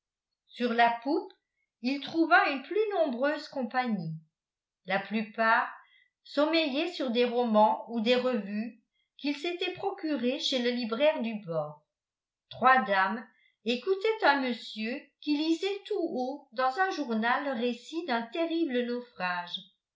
sur la poupe il trouva une plus nombreuse compagnie la plupart sommeillaient sur des romans ou des revues qu'ils s'étaient procurés chez le libraire du bord trois dames écoutaient un monsieur qui lisait tout haut dans un journal le récit d'un terrible naufrage